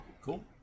Cool